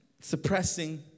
suppressing